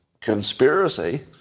conspiracy